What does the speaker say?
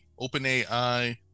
OpenAI